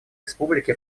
республики